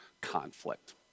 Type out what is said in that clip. conflict